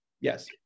Yes